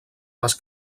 les